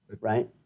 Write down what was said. Right